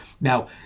Now